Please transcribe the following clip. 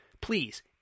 please